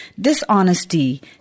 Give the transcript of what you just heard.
dishonesty